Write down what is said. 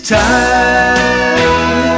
time